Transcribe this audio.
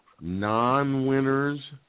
non-winners